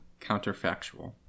Counterfactual